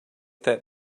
that